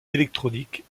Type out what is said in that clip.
électroniques